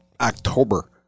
October